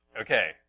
Okay